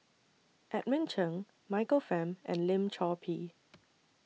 Edmund Cheng Michael Fam and Lim Chor Pee